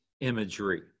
imagery